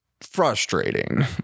frustrating